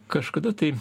kažkada tai